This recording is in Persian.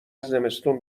زمستون